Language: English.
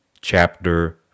chapter